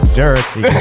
dirty